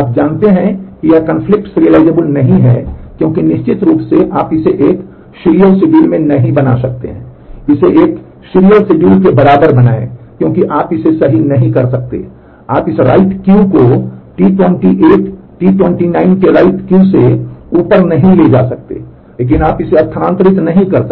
आप जानते हैं कि यह conflict serializable नहीं है क्योंकि निश्चित रूप से आप इसे एक सीरियल शेड्यूल में नहीं बना सकते हैं इसे एक सीरियल शेड्यूल के बराबर बनायें क्योंकि आप इसे सही नहीं कर सकते आप इस write Q को T28 या T29 के write Q से ऊपर नहीं ले जा सकते हैं लेकिन आप इसे स्थानांतरित नहीं कर सकते